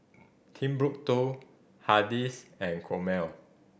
Timbuk Two Hardy's and Chomel